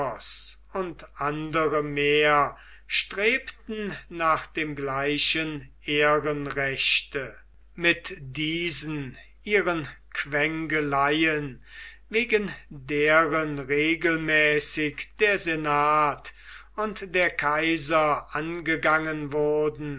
und andere mehr strebten nach dem gleichen ehrenrechte mit diesen ihren quengeleien wegen deren regelmäßig der senat und der kaiser angegangen wurden